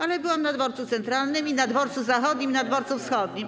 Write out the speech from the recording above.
Ale byłam na Dworu Centralnym, na Dworcu Zachodnim i na Dworcu Wschodnim.